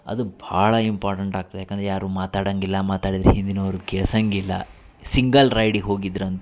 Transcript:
ಅದು ಭಾಳ ಇಂಪಾರ್ಟೆಂಟ್ ಆಗ್ತದ್ ಯಾಕಂದ್ರ ಯಾರು ಮಾತಾಡಂಗಿಲ್ಲ ಮಾತಾಡಿದ್ರ ಹಿಂದಿನೋರ್ಗ ಕೇಳ್ಸಂಗಿಲ್ಲ ಸಿಂಗಲ್ ರೈಡಿಗೆ ಹೋಗಿದ್ರ ಅಂತು